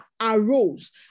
arose